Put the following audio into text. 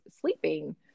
sleeping